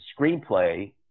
screenplay